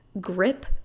grip